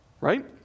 right